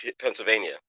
Pennsylvania